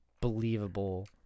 believable